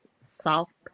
soft